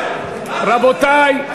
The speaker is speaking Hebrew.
רבותי.